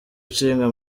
nshinga